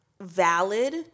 valid